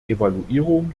evaluierung